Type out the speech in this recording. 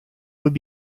would